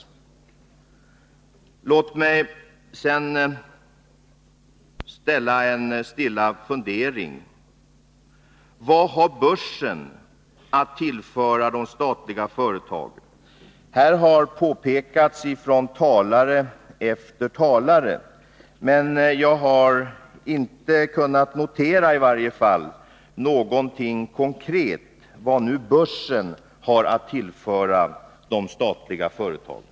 Tillåt mig en stilla fundering: Vad har börsen att tillföra de statliga företagen? Här har talare efter talare gjort påpekanden. Men jag har i varje fall inte kunnat notera något konkret svar på vad börsen har att tillföra de statliga företagen.